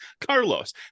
Carlos